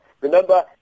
remember